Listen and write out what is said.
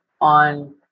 on